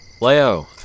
Leo